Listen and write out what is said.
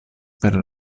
per